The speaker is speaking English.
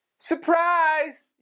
Surprise